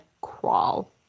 crawl